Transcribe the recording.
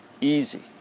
easy